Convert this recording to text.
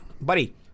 Buddy